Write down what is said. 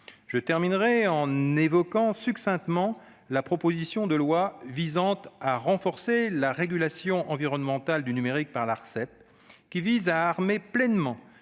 Je terminerai en évoquant succinctement la proposition de loi visant à renforcer la régulation environnementale du numérique par l'Arcep, qui vise à armer pleinement